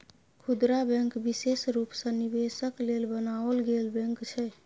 खुदरा बैंक विशेष रूप सँ निवेशक लेल बनाओल गेल बैंक छै